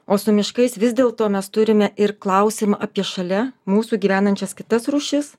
o su miškais vis dėlto mes turime ir klausimą apie šalia mūsų gyvenančias kitas rūšis